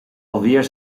alweer